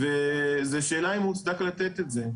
וזו שאלה אם מוצדק לתת את זה,